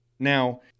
Now